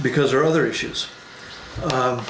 because there are other issues